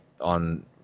on